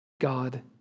God